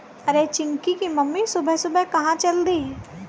अरे चिंकी की मम्मी सुबह सुबह कहां चल दी?